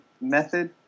method